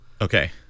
Okay